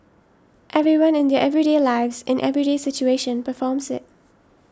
everyone in their everyday lives in everyday situation performs it